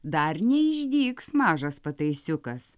dar neišdygs mažas pataisiukas